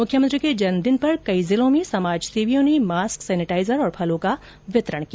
मुख्यमंत्री के जन्मदिन पर कई जिलों में समाजसेवियों ने मास्क सैनेटाइजर और फलों का वितरण किया